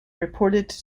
reported